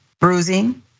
bruising